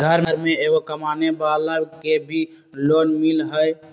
घर में एगो कमानेवाला के भी लोन मिलहई?